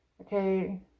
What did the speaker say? Okay